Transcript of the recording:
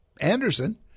Anderson